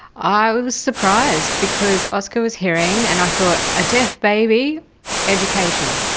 i was surprised because oskar was hearing. and i thought a deaf baby education.